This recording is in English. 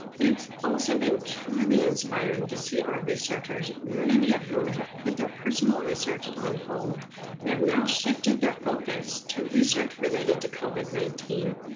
it's also been truly inspiring to see our researchers, many of whom have put their personal research on hold, and have now shifted their focus to research related to covid nineteen.